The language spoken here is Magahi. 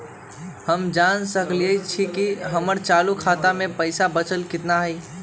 हम जान सकई छी कि हमर चालू खाता में पइसा बचल कितना हई